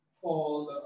called